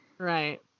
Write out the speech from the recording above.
Right